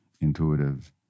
intuitive